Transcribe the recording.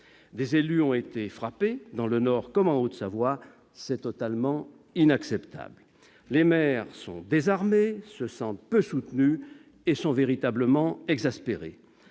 Des élus ont été frappés, dans le Nord comme en Haute-Savoie : c'est totalement inacceptable. Les maires sont désarmés, se sentent peu soutenus et sont véritablement exaspérés.